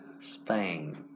Spain